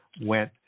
went